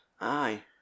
Aye